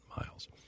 miles